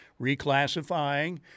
reclassifying